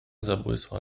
zabłysła